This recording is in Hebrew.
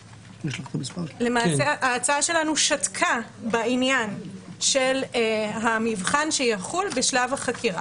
למעשה ההצעה שלנו שתקה בעניין של המבחן שיחול בשלב החקירה.